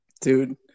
Dude